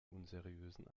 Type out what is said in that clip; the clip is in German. unseriösen